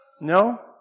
No